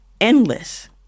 endless